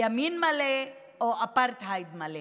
ימין מלא או אפרטהייד מלא.